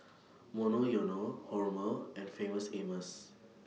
Monoyono Hormel and Famous Amos